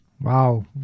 Wow